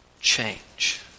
change